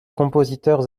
compositeurs